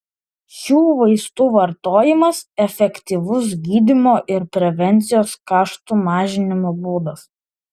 šių vaistų vartojimas efektyvus gydymo ir prevencijos kaštų mažinimo būdas